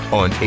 on